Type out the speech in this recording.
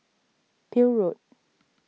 Peel Road